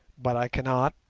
but i cannot,